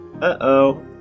Uh-oh